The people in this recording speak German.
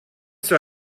zur